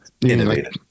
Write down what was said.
innovative